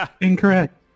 Incorrect